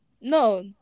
No